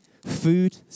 food